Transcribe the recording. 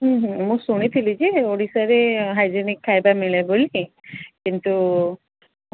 ହୁଁ ହୁଁ ମୁଁ ଶୁଣିଥିଲି ଯେ ଓଡ଼ିଶାରେ ହାଇଜେନିକ୍ ଖାଇବା ମିଳେ ବୋଲି କିନ୍ତୁ